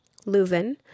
Leuven